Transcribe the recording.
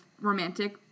romantic